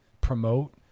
promote